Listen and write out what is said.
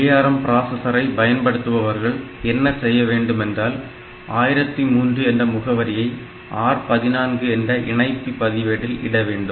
ARM பிராஸஸரை பயன்படுத்துபவர்கள் என்ன செய்யவேண்டும் என்றால் 1003 என்ற முகவரியை R 14 என்ற இணைப்பி பதிவேட்டில் இடவேண்டும்